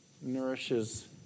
nourishes